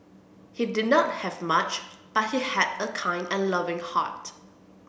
he did not have much but he had a kind and loving heart